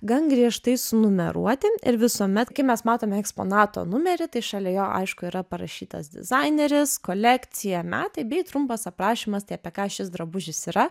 gan griežtai sunumeruoti ir visuomet kai mes matome eksponato numerį tai šalia jo aišku yra parašytas dizaineris kolekcija metai bei trumpas aprašymas tai apie ką šis drabužis yra